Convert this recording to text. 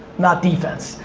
not defense,